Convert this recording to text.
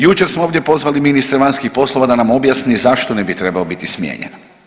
Jučer smo ovdje pozvali ministra vanjskih poslova da nam objasni zašto ne bi trebao biti smijenjen.